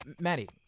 Maddie